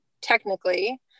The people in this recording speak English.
technically